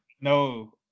No